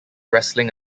wrestling